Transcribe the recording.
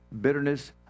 bitterness